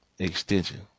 Extension